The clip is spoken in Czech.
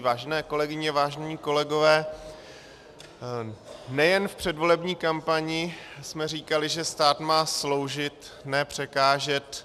Vážené kolegyně, vážení kolegové, nejen v předvolební kampani jsme říkali, že stát má sloužit, ne překážet.